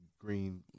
green